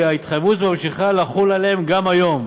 והתחייבות זו ממשיכה לחול עליהן גם היום.